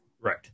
Right